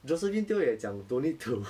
josephine teo 也讲 don't need to